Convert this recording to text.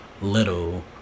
little